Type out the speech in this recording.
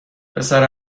پسر